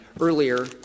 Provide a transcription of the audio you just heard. earlier